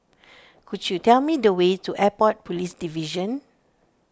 could you tell me the way to Airport Police Division